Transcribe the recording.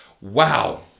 Wow